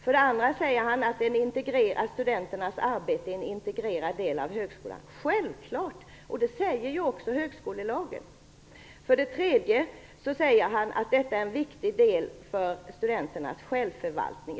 För det andra säger han att studenternas arbete är en integrerad del av högskolan. Självfallet är det så. Det sägs också i högskolelagen. För det tredje säger han att detta är en viktig del när det gäller studenternas självförvaltning.